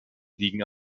liegen